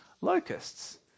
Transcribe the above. locusts